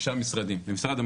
למשרד המשפטים,